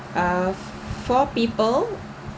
ah four people